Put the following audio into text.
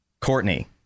Courtney